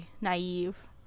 naive